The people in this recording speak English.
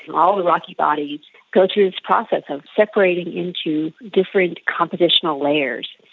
all the rocky bodies go through this process of separating into different compositional layers.